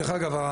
דרך אגב,